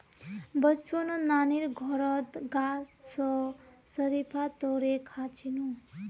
बचपनत नानीर घरत गाछ स शरीफा तोड़े खा छिनु